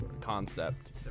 concept